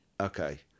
Okay